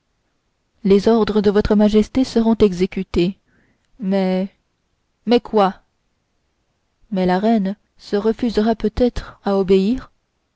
les ordres de votre majesté seront exécutés mais mais quoi mais la reine se refusera peut-être à obéir